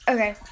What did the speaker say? Okay